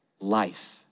life